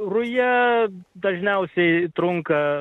ruja dažniausiai trunka